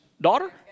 daughter